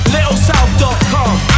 LittleSouth.com